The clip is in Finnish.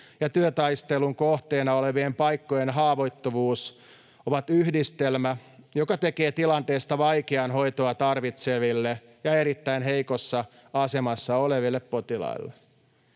työtaistelun kohteena olevien paikkojen haavoittuvuus ovat yhdistelmä, joka tekee tilanteesta vaikean hoitoa tarvitseville ja erittäin heikossa asemassa oleville potilaille.